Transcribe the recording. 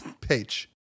Page